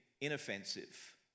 inoffensive